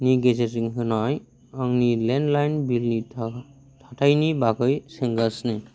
गेजेरजों होनाय आंनि लेन्डलाइन बिलनि थाथायनि बागै सोंगासिनो